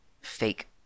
fake